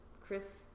Chris